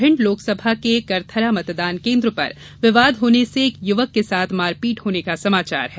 भिण्ड लोकसभा के करथरा मतदान केन्द्र पर विवाद होने से एक युवक के साथ मारपीट होने का समाचार है